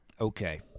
Okay